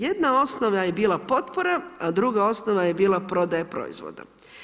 Jedna osnova je bila potpora a druga osnova je bila prodaja proizvoda.